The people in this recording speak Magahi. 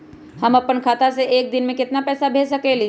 हम अपना खाता से एक दिन में केतना पैसा भेज सकेली?